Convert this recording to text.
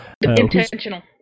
Intentional